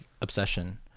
obsession